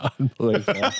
Unbelievable